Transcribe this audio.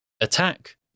Attack